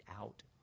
out